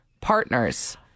partners